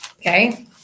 Okay